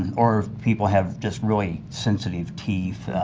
or if people have just really sensitive teeth.